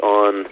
on